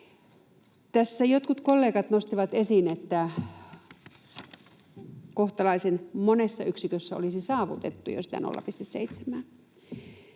Tässä jotkut kollegat nostivat esiin, että kohtalaisen monessa yksikössä olisi jo saavutettu sitä 0,7:ää.